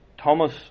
Thomas